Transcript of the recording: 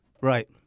Right